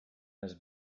has